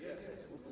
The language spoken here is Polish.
Jest.